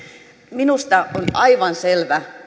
minusta on aivan selvä